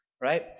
right